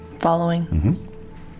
following